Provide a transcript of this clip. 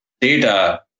data